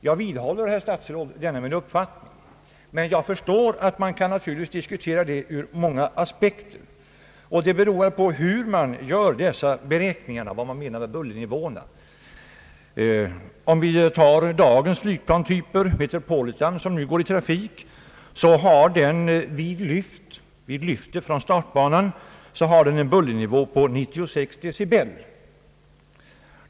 Jag vidhåller denna min uppfattning, herr statsråd, men jag förstår naturligtvis att man kan diskutera problemet ur många aspekter. Det beror väl på hur man gör bullermätningarna och vad man menar med bullernivåer. Dagens flygplanstyp — Metropolitan — som nu går i trafik har vid lyftet från startbanan en bullernivå på 96 decibel.